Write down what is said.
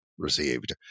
received